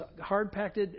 hard-packed